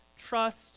trust